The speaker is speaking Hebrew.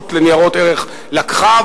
שהרשות לניירות ערך לקחה,